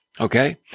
Okay